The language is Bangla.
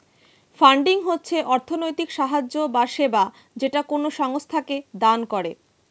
ফান্ডিং হচ্ছে অর্থনৈতিক সাহায্য বা সেবা যেটা কোনো সংস্থাকে দান করে